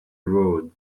road